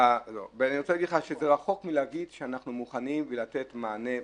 אני רוצה להגיד לך שזה רחוק מלהגיד שאנחנו מוכנים בלתת מענה,